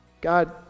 God